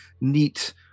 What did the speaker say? neat